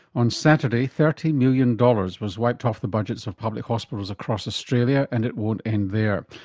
on saturday, thirty million dollars was wiped off the budgets of public hospitals across australia and it won't end there.